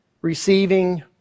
receiving